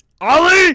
Ollie